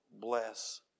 bless